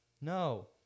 No